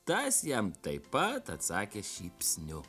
tas jam taip pat atsakė šypsniu